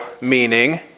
meaning